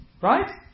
right